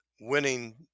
winning